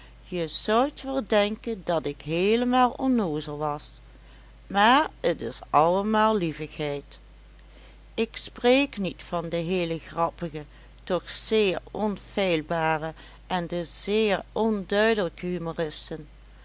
je zoudt wel denken dat ik heelemaal onnoozel was maar t is allemaal lievigheid ik spreek niet van de heele grappige de zeer onfeilbare en de zeer